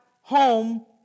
home